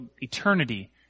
eternity